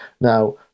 Now